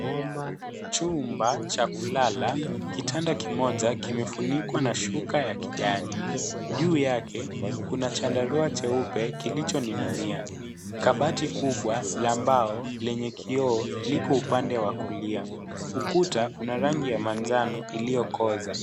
Chumba cha kulala. Kitanda kimoja kimefunikwa na shuka ya kijani. Juu yake kuna chandarua cheupe kilichoning'inia. Kabati kubwa la mbao lenye kioo liko upande wa kulia . Ukuta una rangi ya manjano iliyokoza.